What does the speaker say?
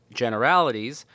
generalities